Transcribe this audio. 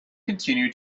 continue